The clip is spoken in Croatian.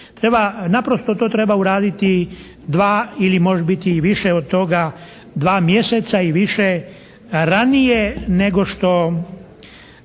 naprosto to treba uraditi 2 ili može biti i više od toga, 2 mjeseca i više, ranije nego što,